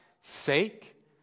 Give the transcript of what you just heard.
sake